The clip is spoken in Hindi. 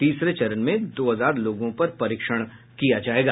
तीसरे चरण में दो हजार लोगों पर परीक्षण किया जायेगा